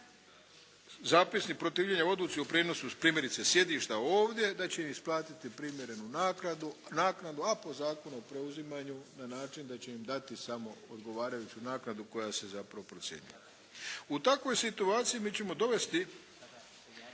zapisnik protivljenja odluci o prijenosu primjerice sjedišta ovdje, da će im isplatiti primjerenu naknadu, a po Zakonu o preuzimanju na način da će im dati samo odgovarajuću naknadu koja se zapravo procjenjuje. U takvoj situaciji mi ćemo dovesti